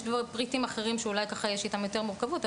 יש פריטים אחרים שאולי יש איתם יותר מורכבות,